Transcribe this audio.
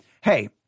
Hey